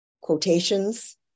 quotations